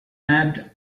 mapped